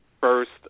first